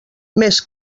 més